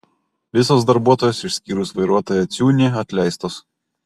visos darbuotojos išskyrus vairuotoją ciūnį atleistos